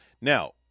Now